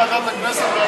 ועדת הכנסת.